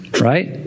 right